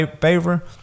favor